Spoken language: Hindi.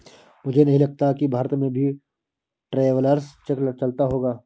मुझे नहीं लगता कि भारत में भी ट्रैवलर्स चेक चलता होगा